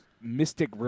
mystic